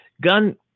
gun